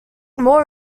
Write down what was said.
more